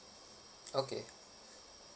okay